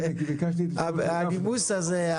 הנימוס הזה...